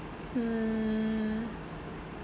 mm